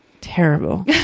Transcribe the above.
terrible